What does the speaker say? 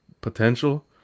potential